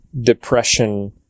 depression